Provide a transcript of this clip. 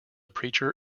preacher